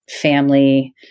family